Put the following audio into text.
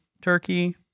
turkey